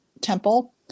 temple